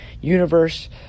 Universe